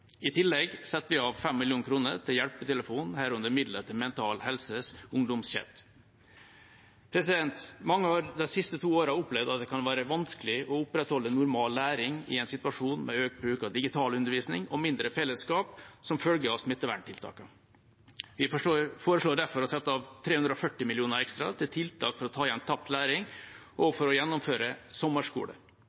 I tillegg setter vi av 5 mill. kr til Hjelpetelefonen, herunder midler til Mental Helses ungdomschat. Mange har de siste to årene opplevd at det kan være vanskelig å opprettholde normal læring i en situasjon med økt bruk av digital undervisning og mindre fellesskap som følge av smitteverntiltakene. Vi foreslår derfor å sette av 340 mill. kr ekstra til tiltak for å ta igjen tapt læring og for å gjennomføre sommerskole.